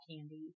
candy